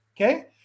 Okay